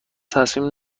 تصمیم